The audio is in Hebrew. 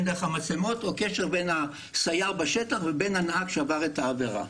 בין דרך המצלמות או קשר בין הסייר בשטח ובין הנהג שעבר את העבירה.